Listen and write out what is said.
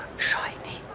shiny.